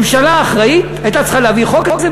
ממשלה אחראית הייתה צריכה להביא חוק כזה,